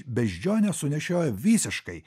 beždžionę sunešiojo visiškai